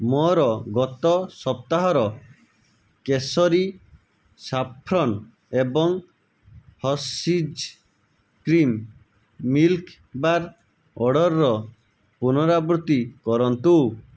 ମୋର ଗତ ସପ୍ତାହର କେସରୀ ସାଫ୍ରନ୍ ଏବଂ ହର୍ଷିଜ୍ କ୍ରିମ୍ ମିଲ୍କ ବାର୍ ଅର୍ଡ଼ର୍ର ପୁନରାବୃତ୍ତି କରନ୍ତୁ